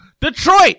Detroit